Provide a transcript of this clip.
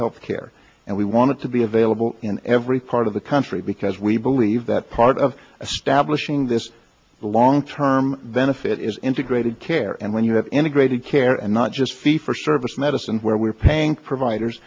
health care and we want to be available in every part of the country because we believe that part of stablish ing this long term benefit is integrated care and when you have integrated care and not just fee for service medicine where we're paying providers